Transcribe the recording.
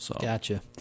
Gotcha